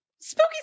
Spooky